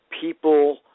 People